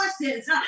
voices